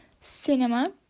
cinema